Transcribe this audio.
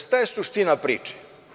Šta je suština priče?